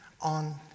on